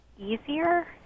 easier